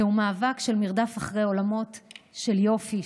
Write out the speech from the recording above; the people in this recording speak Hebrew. זהו מאבק של מרדף אחרי עולמות של יופי,